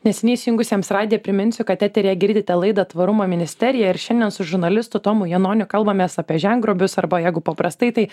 neseniai įsijungusiems radiją priminsiu kad eteryje girdite laidą tvarumo ministerija ir šiandien su žurnalistu tomu janoniu kalbamės apie žengrobius arba jeigu paprastai tai